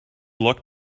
luck